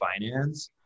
finance